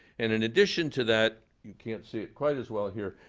and in addition to that, you can't see it quite as well here,